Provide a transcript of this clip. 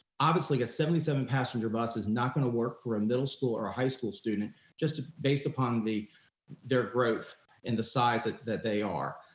obviously a seventy seven passenger bus is not gonna work for a middle school or a high school student just based upon their growth and the size that that they are,